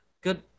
good